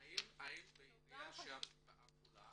האם בעיריית עפולה